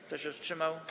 Kto się wstrzymał?